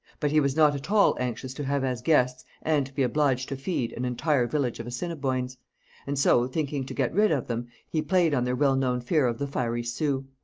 but he was not at all anxious to have as guests and to be obliged to feed an entire village of assiniboines and so, thinking to get rid of them, he played on their well-known fear of the fiery sioux.